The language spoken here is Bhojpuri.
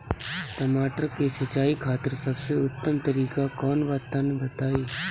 टमाटर के सिंचाई खातिर सबसे उत्तम तरीका कौंन बा तनि बताई?